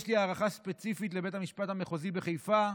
יש לי הערכה ספציפית לבית המשפט המחוזי בחיפה,